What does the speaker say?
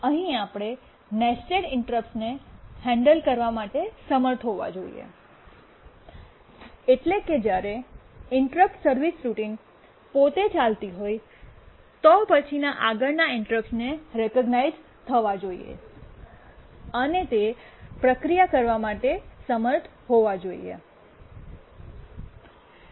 અહીં આપણે નેસ્ટેડ ઇન્ટ્રપ્ટ્સને હેન્ડલ કરવા માટે સમર્થ હોવા જોઈએ એટલે કે જ્યારે ઇન્ટરપ્ટ સર્વિસ રૂટીન પોતે ચાલતી હોય તો પછીના આગળના ઇન્ટરપ્ટને રૅકગ્નાઇઝડ થવા જોઈએ અને તે પ્રક્રિયા કરવા માટે સમર્થ હોવા જોઈએ